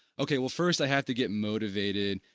okay, well first i have to get motivated.